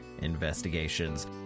Investigations